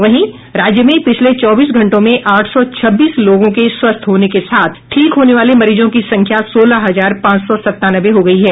वहीं राज्य में पिछले चौबीस घंटों में आठ सौ छब्बीस लोगों के स्वस्थ होने के साथ ठीक होने वालें मरीजों की संख्या सोलह हजार पांच सौ सतानवे हो गयी है